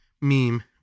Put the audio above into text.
meme